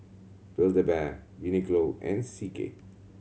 Build A Bear Uniqlo and C K